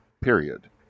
period